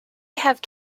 have